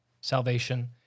salvation